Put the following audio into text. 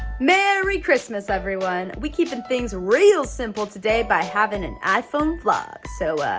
merry christmas, everyone. we keeping things real simple today by having an iphone vlog. so,